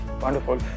wonderful